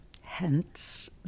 Hence